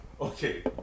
Okay